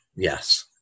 Yes